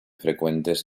frecuentes